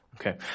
Okay